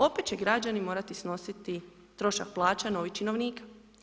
Opet će građani morati snositi trošak plaća novih činovnika.